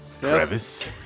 crevice